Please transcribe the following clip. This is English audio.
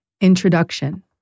Introduction